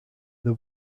the